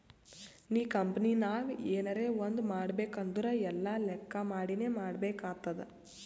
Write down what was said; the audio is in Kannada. ನೀ ಕಂಪನಿನಾಗ್ ಎನರೇ ಒಂದ್ ಮಾಡ್ಬೇಕ್ ಅಂದುರ್ ಎಲ್ಲಾ ಲೆಕ್ಕಾ ಮಾಡಿನೇ ಮಾಡ್ಬೇಕ್ ಆತ್ತುದ್